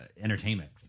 entertainment